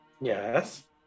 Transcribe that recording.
Yes